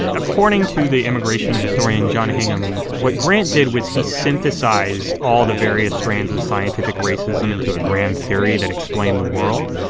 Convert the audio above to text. ah according to the immigration historian john higham, what grant did was he synthesized all the various strands of scientific racism into a grand theory that explained the world.